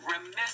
remiss